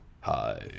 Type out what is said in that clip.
Hi